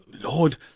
lord